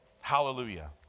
Hallelujah